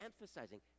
emphasizing